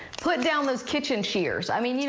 put down those kitchen shears. i mean